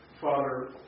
Father